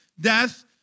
death